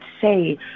say